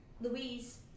Louise